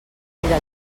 crida